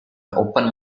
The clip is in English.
open